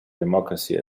democracy